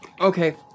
Okay